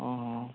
ହଁ